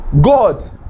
God